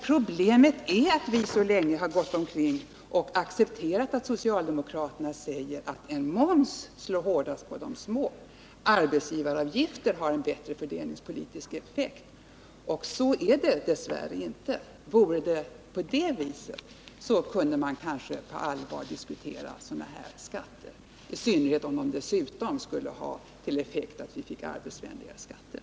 Problemet är att vi så länge har accepterat socialdemokraternas påstående att en moms slår hårdast mot de små inkomsttagarna medan arbetsgivaravgifter skulle ha en rättvisare fördelningspolitisk effekt. Så är det dess värre inte. Vore det så, kunde man kanske på allvar diskutera sådana skatter, i synnerhet om de dessutom skulle visa sig ha en arbetsvänligare effekt.